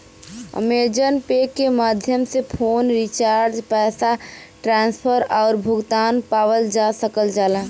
Amazon Pay के माध्यम से फ़ोन रिचार्ज पैसा ट्रांसफर आउर भुगतान पावल जा सकल जाला